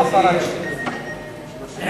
האם